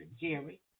Jerry